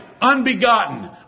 unbegotten